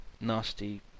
nasty